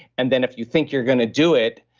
and then if you think you're going to do it,